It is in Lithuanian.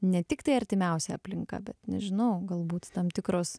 ne tiktai artimiausia aplinka bet nežinau galbūt tam tikros